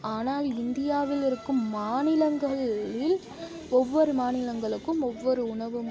ஆனால் இந்தியாவில் இருக்கும் மாநிலங்களில் ஒவ்வொரு மாநிலங்களுக்கும் ஒவ்வொரு உணவு